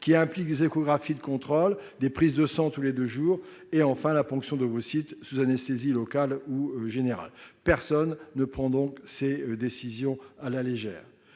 Cela implique des échographies de contrôle, des prises de sang tous les deux jours et, enfin, la ponction d'ovocytes sous anesthésie locale ou générale. Personne ne prend ce genre de décision à la légère